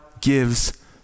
gives